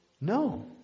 No